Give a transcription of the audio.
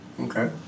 okay